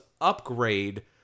upgrade